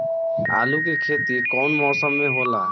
आलू के खेती कउन मौसम में होला?